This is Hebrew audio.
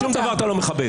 שום דבר אתה לא מכבד.